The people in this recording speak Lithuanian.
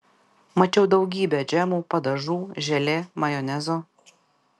mačiau daugybę džemų padažų želė majonezo